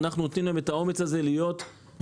אנחנו נותנים להם את האומץ הזה להיות בדיגיטציה.